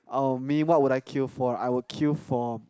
oh me what would I queue for I would queue for